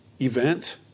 event